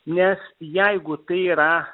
nes jeigu tai yra